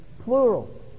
Plural